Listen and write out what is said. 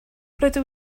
rydw